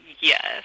yes